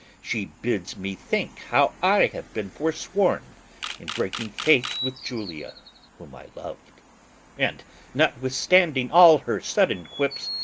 she bids me think how i have been forsworn in breaking faith with julia whom i lov'd and notwithstanding all her sudden quips,